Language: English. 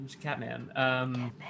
Catman